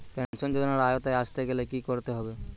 Pension যজোনার আওতায় আসতে গেলে কি করতে হবে?